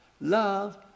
Love